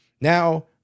now